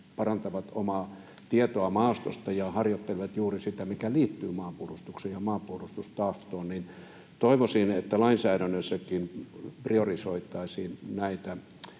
parantavat omaa tietoa maastosta ja harjoittelevat juuri sitä, mikä liittyy maanpuolustukseen ja maanpuolustustahtoon. Toivoisin, että lainsäädännössäkin priorisoitaisiin näitä